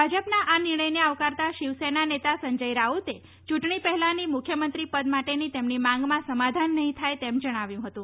ભાજપના આ નિર્ણયને આવકારતા શિવસેના તેના સંજય રાઉતે યૂંટણી પહેલા મુખ્યમંત્રી પદ માટેની તેમની માંગમાં સમાધાન નહીં થાય તેમ જણાવ્યું હતું